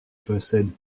possède